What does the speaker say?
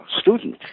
student